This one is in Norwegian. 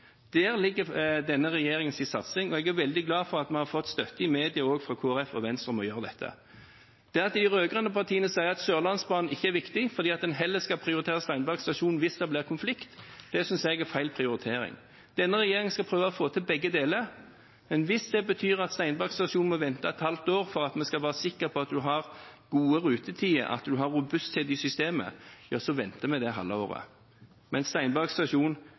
Der ligger denne regjeringens satsing, og jeg er veldig glad for at vi har fått støtte i media også fra Kristelig Folkeparti og Venstre for å gjøre dette. Det at de rød-grønne partiene sier at Sørlandsbanen ikke er viktig fordi en heller skal prioritere Steinberg stasjon hvis det blir konflikt, synes jeg er feil prioritering. Denne regjeringen skal prøve å få til begge deler, men hvis det betyr at Steinberg stasjon må vente et halvt år for å være sikker på at en har gode rutetider og robusthet i systemet, venter vi det halve året. Men Steinberg stasjon jobber vi for å åpne. Jeg minner om at også når det